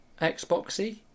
Xboxy